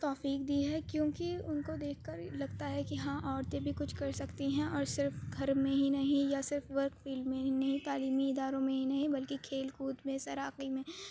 توفیق دی ہے کیونکہ ان کو دیکھ کر لگتا ہے کہ ہاں عورتیں بھی کچھ کر سکتی ہیں اور صرف گھر میں ہی نہیں یا صرف ورک فیلڈ میں ہی نہیں تعلیمی اداروں میں ہی نہیں بلکہ کھیل کود تیراکی میں